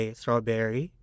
strawberry